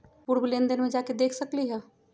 पूर्व लेन देन में जाके देखसकली ह?